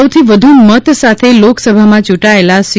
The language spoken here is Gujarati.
સૌથી વધુ મત સાથે લોકસભામાં યૂંટાયેલા સી